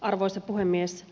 arvoisa puhemies